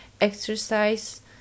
exercise